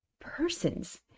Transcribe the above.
persons